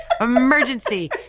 emergency